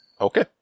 Okay